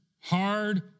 Hard